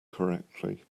correctly